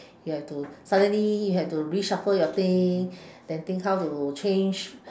you have to suddenly you have to reshuffle your thing then think how to change